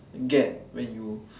get when you